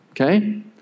okay